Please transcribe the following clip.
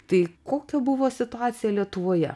tai kokia buvo situacija lietuvoje